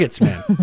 man